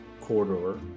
corridor